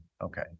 Okay